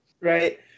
Right